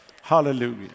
Hallelujah